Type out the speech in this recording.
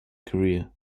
career